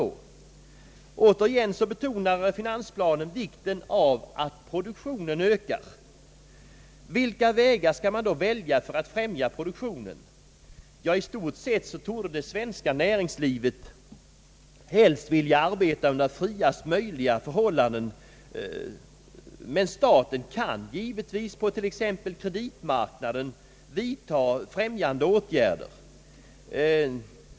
Återigen betonar finansplanen vikten av att produktionen ökar. Vilka vägar skall man då välja för att främja produktionen? Ja, 1 stort sett torde det svenska näringslivet helst vilja arbeta under friast möjliga förhållanden, men staten kan givetvis på t.ex. kreditmarknaden vidta främjande åtgärder.